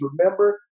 remember